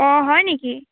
অঁ হয় নেকি